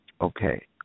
Okay